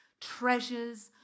treasures